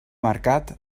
mercat